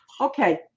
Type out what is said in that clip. Okay